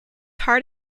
heart